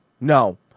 no